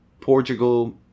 Portugal